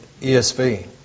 ESV